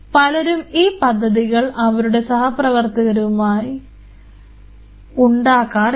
പലരും ഈ പദ്ധതികൾ അവരുടെ സഹപ്രവർത്തകരുമായി ഉണ്ടാക്കാറില്ല